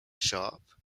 sharp